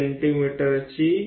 અને તેને રચીએ